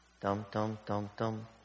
Dum-dum-dum-dum